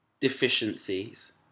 deficiencies